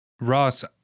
Ross